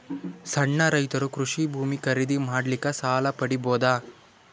ಸಣ್ಣ ರೈತರು ಕೃಷಿ ಭೂಮಿ ಖರೀದಿ ಮಾಡ್ಲಿಕ್ಕ ಸಾಲ ಪಡಿಬೋದ?